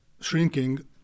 shrinking